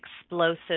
explosive